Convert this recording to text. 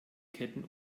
ketten